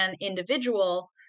individual